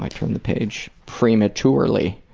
i turned the page prematurely